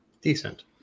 decent